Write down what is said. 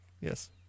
Yes